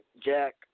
Jack